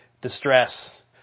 distress